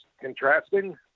contrasting